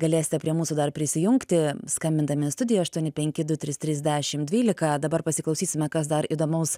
galėsite prie mūsų dar prisijungti skambindami į studiją aštuoni penki du trys trys dešim dvylika dabar pasiklausysime kas dar įdomaus